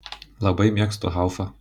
labai mėgstu haufą